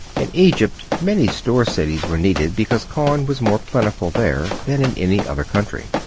in egypt many store-cities were needed because corn was more plentiful there than in any other country.